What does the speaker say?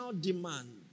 demand